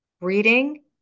reading